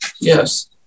Yes